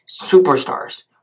Superstars